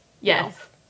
Yes